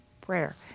prayer